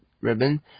Ribbon